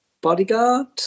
bodyguard